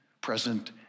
present